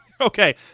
okay